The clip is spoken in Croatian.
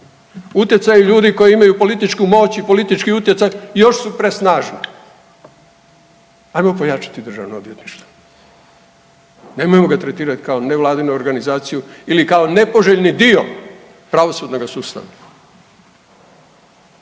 utjecaju ljudi koji imaju političku moć i politički utjecaj još su presnažna. Ajmo pojačati državno odvjetništvo, nemojmo ga tretirat kao nevladinu organizaciju ili kao nepoželjni dio pravosudnoga sustava.